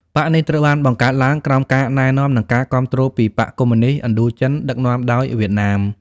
បក្សនេះត្រូវបានបង្កើតឡើងក្រោមការណែនាំ និងការគាំទ្រពីបក្សកុម្មុយនីស្តឥណ្ឌូចិន (ដឹកនាំដោយវៀតណាម)។